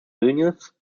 vilnius